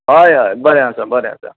हय हय बरें आसा बरें आसा